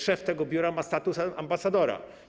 Szef tego biura ma status ambasadora.